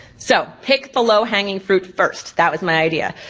so pick the low-hanging fruit first, that was my idea.